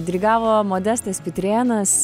dirigavo modestas pitrėnas